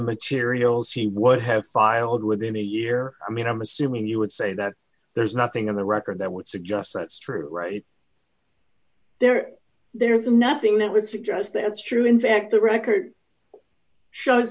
materials he would have filed within a year i mean i'm assuming you would say that there's nothing in the record that would suggest that's true right there there's nothing that would suggest that it's true in fact the record shows